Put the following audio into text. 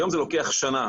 היום זה לוקח שנה.